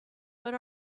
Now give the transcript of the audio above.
but